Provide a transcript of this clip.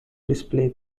display